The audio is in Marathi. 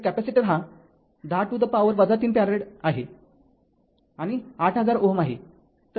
तर कॅपेसिटर हा १० to the power ३ फॅरेड आणि ८००० Ω आहे